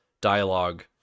dialogue